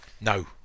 No